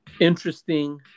interesting